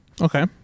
Okay